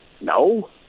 No